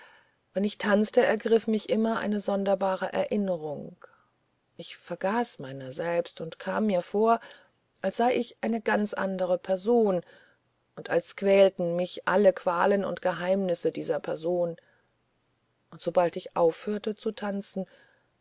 wenn ich tanzte ergriff mich immer eine sonderbare erinnerung ich vergaß meiner selbst und kam mir vor als sei ich eine ganz andere person und als quälten mich alle qualen und geheimnisse dieser person und sobald ich aufhörte zu tanzen